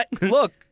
Look